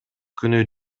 күнү